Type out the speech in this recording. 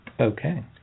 Okay